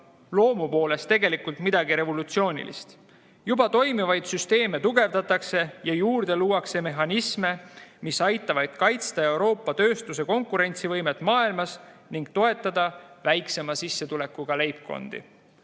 loomu poolest tegelikult midagi revolutsioonilist. Juba toimivaid süsteeme tugevdatakse ja juurde luuakse mehhanisme, mis aitavad kaitsta Euroopa tööstuse konkurentsivõimet maailmas ning toetada väiksema sissetulekuga leibkondi.